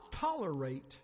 tolerate